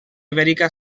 ibèrica